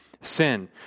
sin